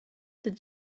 did